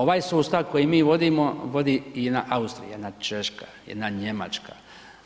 Ovaj sustav koji mi vodimo, vodi jedna Austrija, jedna Češka, jedna Njemačka,